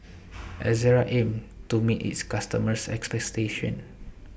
Ezerra aims to meet its customers' expectations